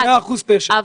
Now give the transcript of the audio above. זה 100% פשע.